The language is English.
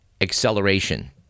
acceleration